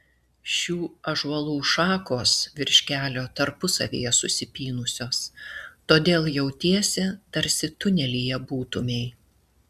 šių ąžuolų šakos virš kelio tarpusavyje susipynusios todėl jautiesi tarsi tunelyje būtumei